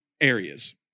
areas